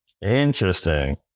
interesting